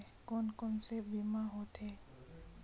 कोन कोन से बीमा होथे?